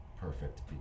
perfect